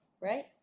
right